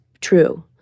true